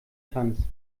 tanz